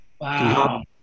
Wow